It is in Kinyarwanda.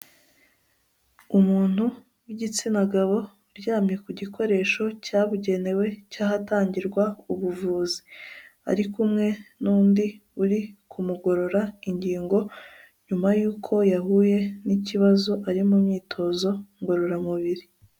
Umuntu w'igitsina gabo uryamye ku gikoresho cyabugenewe cyahatangirwa ubuvuzi ari kumwe n'undi uri kumugorora ingingo nyuma y yahuye nikibazo ari mu myitozo ngororamubiri.